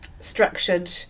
structured